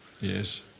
Yes